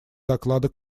доклада